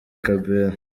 kabera